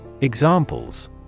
Examples